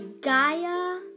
Gaia